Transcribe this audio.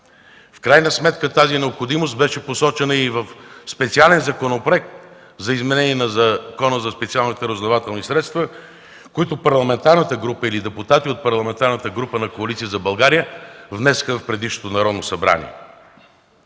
В крайна сметка тази необходимост беше посочена и в специален Законопроект за изменение на Закона за специалните разузнавателни средства, който депутати от Парламентарната група на Коалиция за България внесоха в предишното Народно събрание.